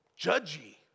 judgy